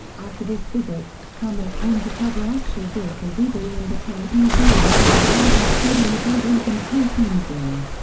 after this visit, tamiya came to cover actual vehicles eagerly in the tank museums in the world including the bovington tank museum.